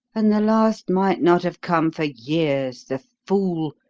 and the last might not have come for years, the fool,